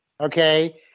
Okay